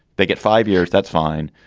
they get five years. that's fine.